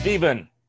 Stephen